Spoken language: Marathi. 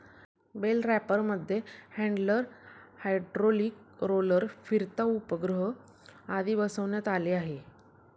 बेल रॅपरमध्ये हॅण्डलर, हायड्रोलिक रोलर, फिरता उपग्रह आदी बसवण्यात आले आहे